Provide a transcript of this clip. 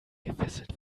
gefesselt